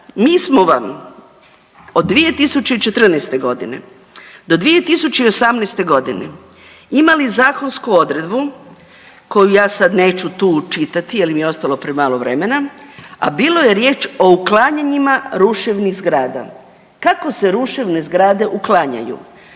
mi smo vam od 2014.g. do 2018.g. imali zakonsku odredbu koju ja sad neću tu čitati jel mi je ostalo premalo vremena, a bilo je riječ o uklanjanjima ruševnih zgrada, kako se ruševne zgrade uklanjaju,